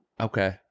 Okay